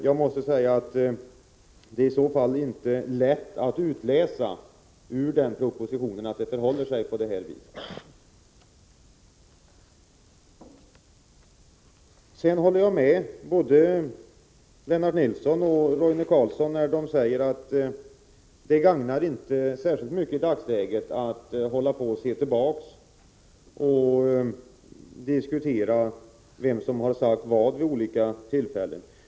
Jag måste säga att det inte är lätt att utläsa ur propositionen att det förhåller sig så som statsrådet säger. Sedan håller jag med både Lennart Nilsson och Roine Carlsson, när de säger att det i dagsläget inte gagnar särskilt mycket att se tillbaka och diskutera vem som sagt vad vid olika tillfällen.